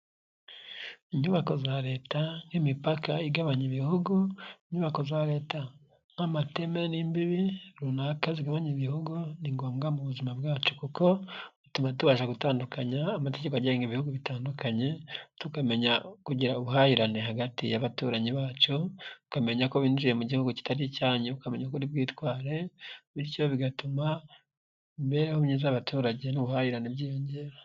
Inyubako za leta n'imipaka igabanya ibihugu, inyubako za leta nk'amateme n'imbibi runaka zigabanya ibihugu. Ni ngombwa mu buzima bwacu kuko bituma tubasha gutandukanya amategeko agenga ibihugu bitandukanye, tuKamenya kugira ubuhahirane hagati y'abaturanyi bacyo, ukamenya ko binjiye mu gihugu kitari icyanyu, bakamenya ukuri bwitwaje bityo bigatuma imibereho myiza y'abaturage n'ubuhahirane byiyongera.